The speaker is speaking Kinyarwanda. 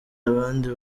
abandi